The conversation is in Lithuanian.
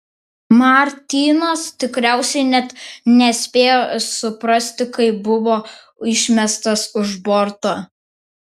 martynas tikriausiai net nespėjo suprasti kai buvo išmestas už borto